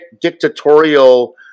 dictatorial